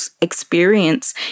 experience